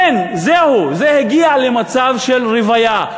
אין, זהו, זה הגיע למצב של רוויה.